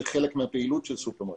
זה חלק מן הפעילות של סופרמרקטים.